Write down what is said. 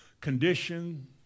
condition